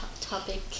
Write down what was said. topic